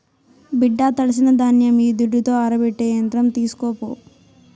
బిడ్డా తడిసిన ధాన్యం ఈ దుడ్డుతో ఆరబెట్టే యంత్రం తీస్కోపో